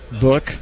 book